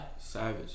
savage